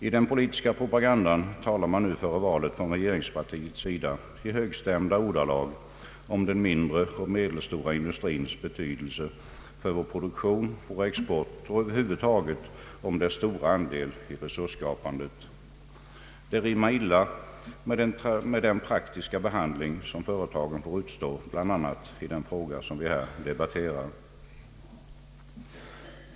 I den politiska propagandan talar man nu före valet från regeringspartiets sida i högstämda ordalag om den mindre och medelstora industrins betydelse för vår produktion, vår export och över huvud taget om dess stora andel i resursskapandet. Det talet rimmar illa med den praktiska behandling som företagen får utstå bl.a. i den fråga som vi här debatterar.